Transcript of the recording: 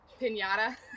pinata